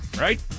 Right